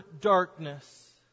darkness